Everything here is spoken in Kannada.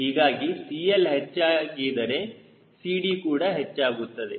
ಹೀಗಾಗಿ CL ಹೆಚ್ಚಿಗೆಯಾದರೆ CD ಕೂಡ ಹೆಚ್ಚಾಗುತ್ತದೆ